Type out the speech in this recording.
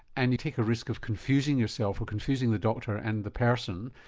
and you take a risk of confusing yourself or confusing the doctor and the person,